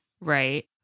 Right